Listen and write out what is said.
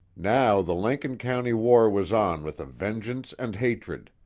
now the lincoln county war was on with a vengeance and hatred,